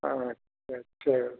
हाँ अच्छा अच्छा